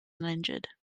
uninjured